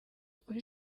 kuri